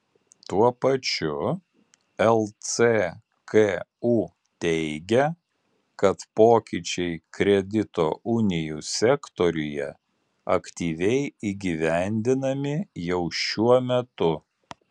tuo pačiu lcku teigia kad pokyčiai kredito unijų sektoriuje aktyviai įgyvendinami jau šiuo metu